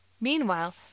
Meanwhile